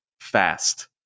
fast